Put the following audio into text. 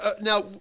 now